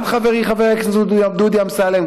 וגם חברי חבר הכנסת דודי אמסלם,